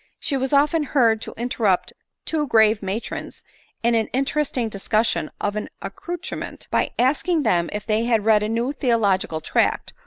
she was often heard to interrupt two grave matrons in an interesting discus sion of an accouchment, by asking them if they had read a new theological tract,